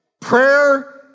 Prayer